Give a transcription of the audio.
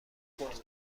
خرد